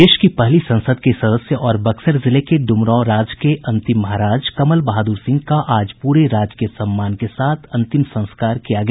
देश की पहली संसद के सदस्य और बक्सर जिले के डुमरांव राज के अंतिम महाराज कमल बहादुर सिंह का आज पूरे राजकीय सम्मान के साथ अंतिम संस्कार किया गया